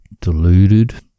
deluded